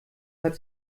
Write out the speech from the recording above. hat